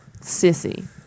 sissy